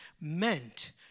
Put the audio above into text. meant